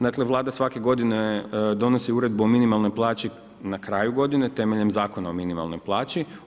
Dakle Vlada svake godine donosi uredbu o minimalnoj plaći na kraju godine temeljem Zakona o minimalnoj plaći.